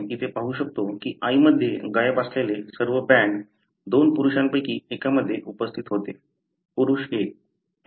आपण इथे पाहू शकतो की आईमध्ये गायब असलेले सर्व बँड दोन पुरुषांपैकी एकामध्ये उपस्थित होते पुरुष 1